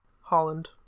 Holland